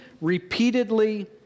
repeatedly